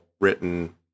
written